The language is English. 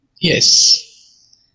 Yes